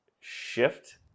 shift